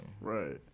Right